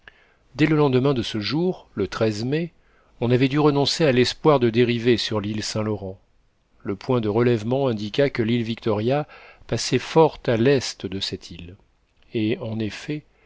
dès le lendemain de ce jour le mai on avait dû renoncer à l'espoir de dériver sur l'île saint-laurent le point de relèvement indiqua que l'île victoria passait fort à l'est de cette île et en effet